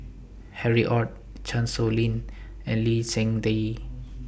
Harry ORD Chan Sow Lin and Lee Seng Tee